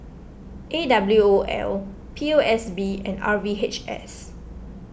A W O L P O S B and R V H S